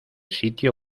sitio